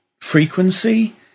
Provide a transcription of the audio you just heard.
frequency